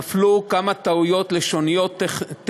נפלו כמה טעויות לשוניות-טכניות,